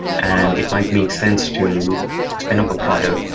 and it might make sense to spin up a product,